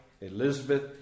Elizabeth